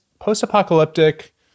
post-apocalyptic